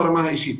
ברמה האישית.